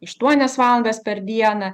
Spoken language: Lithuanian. aštuonias valandas per dieną